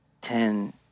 ten